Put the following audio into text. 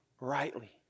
rightly